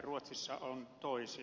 ruotsissa on toisin